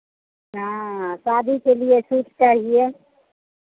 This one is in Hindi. हाँ शादी के लिए सूट चाहिए